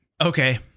Okay